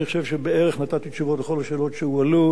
אני חושב שנתתי בערך תשובות לכל השאלות שהועלו.